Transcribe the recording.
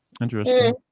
Interesting